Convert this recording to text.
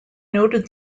noted